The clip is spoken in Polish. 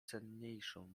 cenniejszą